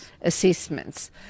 assessments